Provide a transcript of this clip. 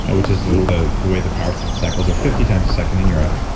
and which is the the way the power system cycles are, fifty times a second in europe.